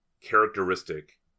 characteristic